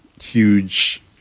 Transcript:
huge